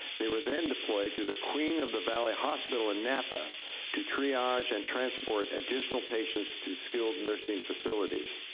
they were then deployed to the queen of the valley hospital in napa to triage and transport additional patients to skilled nursing facilities.